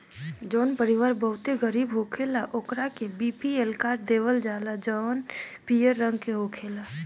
जवन परिवार बहुते गरीब होखेला ओकरा के बी.पी.एल कार्ड देवल जाला जवन पियर रंग के होखेला